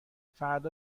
فردا